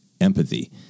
empathy